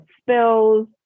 spills